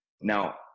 Now